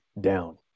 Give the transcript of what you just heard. down